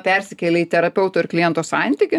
persikėlė į terapeuto ir kliento santykį